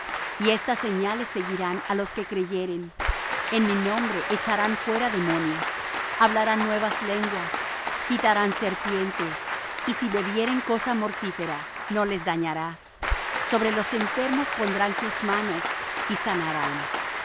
y estas señales seguirán á los que creyeren en mi nombre echarán fuera demonios hablaran nuevas lenguas quitarán serpientes y si bebieren cosa mortífera no les dañará sobre los enfermos pondrán sus manos y sanarán